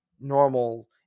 normal